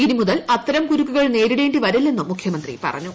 ഇനി മുതൽ അത്തരം കുരുക്കുകൾ നേരിടേണ്ടിവരില്ലെന്നും മുഖ്യമന്ത്രി പറഞ്ഞു